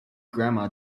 grandma